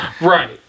Right